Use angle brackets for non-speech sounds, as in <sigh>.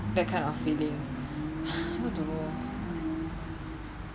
that kind of feeling <breath> I also don't know